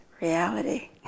reality